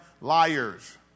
liars